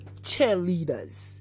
cheerleaders